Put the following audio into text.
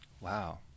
Wow